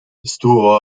estuvo